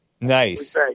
Nice